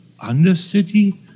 Undercity